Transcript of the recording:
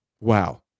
wow